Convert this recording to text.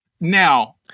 Now